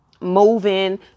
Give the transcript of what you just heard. moving